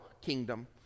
kingdom